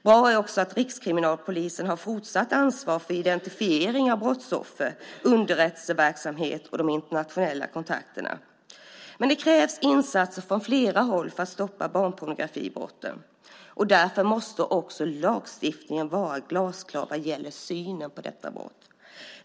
Bra är också att Rikskriminalpolisen fortsatt har ansvar för identifiering av brottsoffer, underrättelseverksamhet och de internationella kontakterna. Men det krävs insatser från flera håll för att stoppa barnpornografibrotten. Därför måste också lagstiftningen vara glasklar vad gäller synen på detta brott.